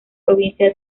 provincia